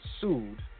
sued